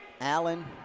Allen